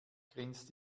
grinst